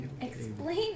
Explain